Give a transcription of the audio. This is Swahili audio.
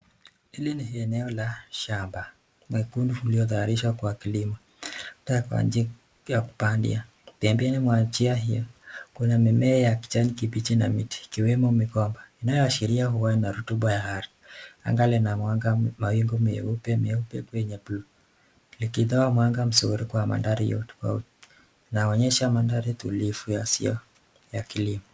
Hili ni eneo la shamba mwekundu uliotayarishwa kwa kilimo, tayari kwa njia ya kupandia. Pembeni mwa njia hiyo kuna mimea ya kijani kibichi na miti ikiwemo migomba, inayoashiria huwa na rutuba ya ardhi. Anga lina mwanga, mawingu meupe meupe kwenye buluu, likitoa mwanga mzuri kwa mandhari yote, na huonyesha mandhari tulivu ya kilimo.